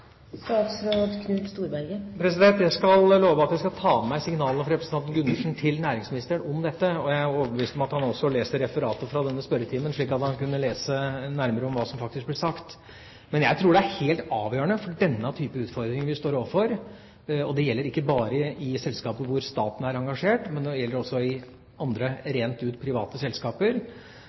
Jeg skal love at jeg skal ta med meg signalene fra representanten Gundersen til næringsministeren om dette, og jeg er overbevist om at han også leser referatet fra denne spørretimen, slik at han kan se nærmere hva som faktisk ble sagt. Jeg tror det er helt avgjørende for denne typen utfordringer vi står overfor – og det gjelder ikke bare i selskaper hvor staten er engasjert, men det gjelder også i andre rent private selskaper